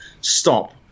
stop